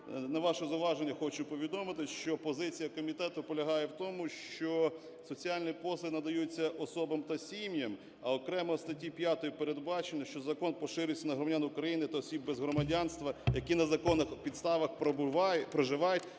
На ваше зауваження хочу повідомити, що позиція комітету полягає в тому, що соціальні послуги надаються особам та сім'ям, а окремо в статті 5 передбачено, що закон поширюється на громадян України та осіб без громадянства, які на законних підставах проживають